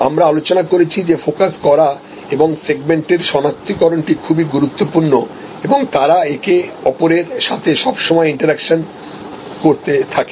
আমরা আলোচনা করেছি যে ফোকাস করা এবং সেগমেন্টের সনাক্তকরণটি খুবই গুরুত্বপূর্ণ এবং তারা একে অপরের সাথে সব সময় ইন্টেরাকশন করতে থাকে